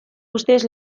ustez